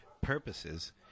purposes